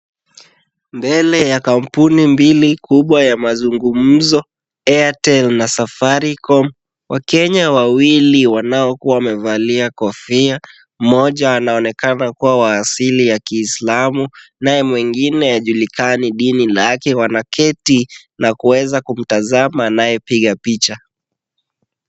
Mbele ya kampuni mbili kubwa ya mazungumzo Airtel na Safaricom ,wakenya wawili wanaokua wamevalia kofia ,mmoja anaonekana kua wa asili ya kiislamu naye mwingine hajulikani dini lake wanaketi na kuweza kumtazama anayepiga picha .